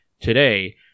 today